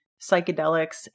psychedelics